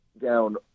down